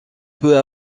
peu